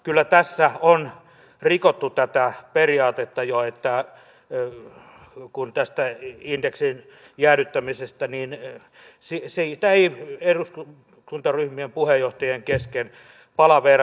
kyllä tässä on rikottu tätä periaatetta jo kun tästä indeksin jäädyttämisestä ei eduskuntaryhmien puheenjohtajien kesken palaveerattu